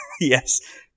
Yes